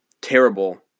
terrible